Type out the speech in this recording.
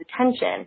attention